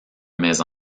mais